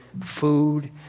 food